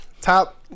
top